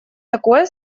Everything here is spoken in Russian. такое